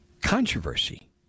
controversy